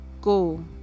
go